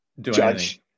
judge